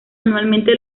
anualmente